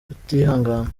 utihangana